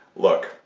look,